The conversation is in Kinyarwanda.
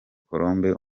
colombe